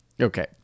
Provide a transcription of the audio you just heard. okay